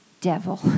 devil